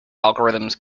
algorithms